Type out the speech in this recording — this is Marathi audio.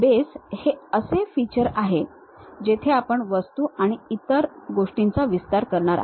बॉस हे एक असे feature आहे जेथे आपण वस्तू आणि इतर गोष्टींचा विस्तार करणार आहात